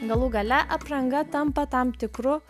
galų gale apranga tampa tam tikru